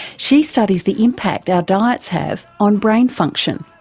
she studies the impact our diets have on brain function,